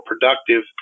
productive